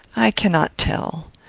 i cannot tell.